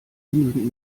genügend